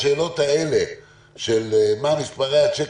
השאלות האלה של מה מספרי הצ'קים,